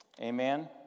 Amen